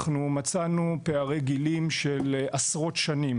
אנחנו מצאנו פערי גילים של עשרות שנים